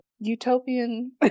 utopian